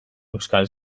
euskal